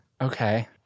Okay